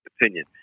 opinion